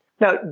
Now